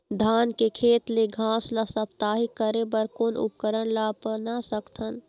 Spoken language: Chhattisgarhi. धान के खेत ले घास ला साप्ताहिक करे बर कोन उपकरण ला अपना सकथन?